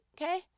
okay